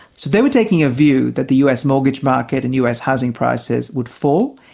so they were taking a view that the us mortgage market and us housing prices would fall,